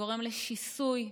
גורם לשיסוי,